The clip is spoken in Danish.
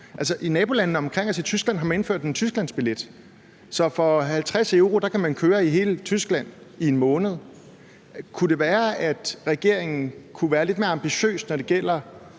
naboland Tyskland har man indført en tysklandsbillet, så man for 50 euro kan køre i hele Tyskland i en måned. Kunne det være, at regeringen kunne være lidt mere ambitiøs, når det gælder